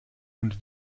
und